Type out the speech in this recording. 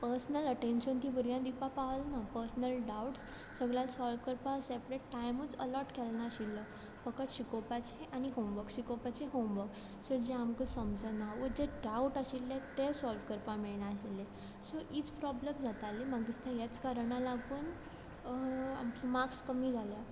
personal attention ती भुरग्यांक दिवपा पावलना पर्सनल डाउट्स सगळ्यां सोल्व करपाक सेपरेट टायमूच अलोट केलनाशिल्लो फक्त शिकोवपाचें आनी होमवर्क शिकोवपाचें होमवर्क सो जें आमकां समजना ओ जे डाउट आशिल्ले ते सोल्व करपा मेळनाशिल्ले सो हीच प्रॉब्लम जाताली म्हाक दिसता हेच कारणा लागून आमचे मार्क्स कमी जाल्या